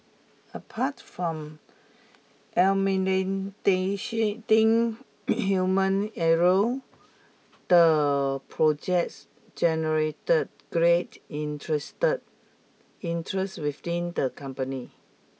apart from human error the projects generated great interested interest within the company